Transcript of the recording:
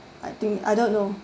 I think I don't know